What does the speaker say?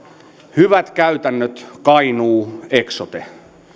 hyvät käytännöt kainuu eksote